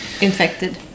infected